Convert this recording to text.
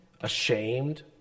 Ashamed